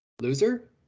Loser